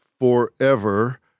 forever